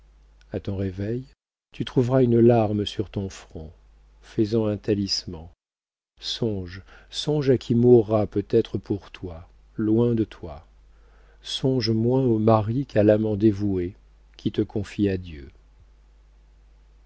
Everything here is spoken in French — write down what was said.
a ton réveil tu trouveras une larme sur ton front fais-en un talisman songe songe à qui mourra peut-être pour toi loin de toi songe moins au mari qu'à l'amant dévoué qui te confie à dieu